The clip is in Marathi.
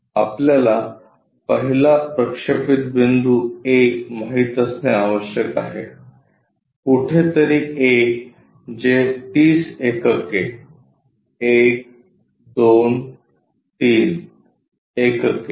आपल्याला पहिला प्रक्षेपित बिंदू a माहित असणे आवश्यक आहे कुठेतरी a जे 30 एकके 1 2 3 एकके